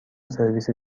سرویس